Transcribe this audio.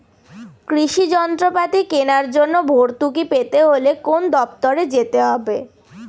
কৃষি যন্ত্রপাতি কেনার জন্য ভর্তুকি পেতে হলে কোন দপ্তরে যেতে হবে?